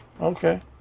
Okay